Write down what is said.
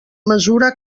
mesura